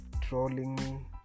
trolling